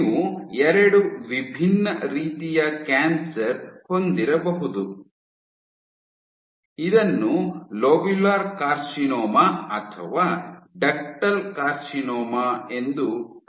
ನೀವು ಎರಡು ವಿಭಿನ್ನ ರೀತಿಯ ಕ್ಯಾನ್ಸರ್ ಹೊಂದಿರಬಹುದು ಇದನ್ನು ಲೋಬ್ಯುಲರ್ ಕಾರ್ಸಿನೋಮ ಅಥವಾ ಡಕ್ಟಲ್ ಕಾರ್ಸಿನೋಮ ಎಂದು ಕರೆಯಲಾಗುತ್ತದೆ